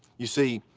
you see,